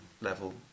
level